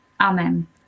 Amen